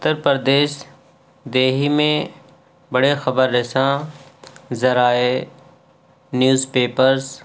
اُتّر پردیش دیہی میں بڑے خبر رساں ذرائع نیوز پیپرس